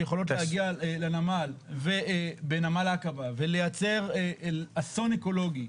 שיכולות להגיע לנמל ובנמל עקבה ולייצר אסון אקולוגי,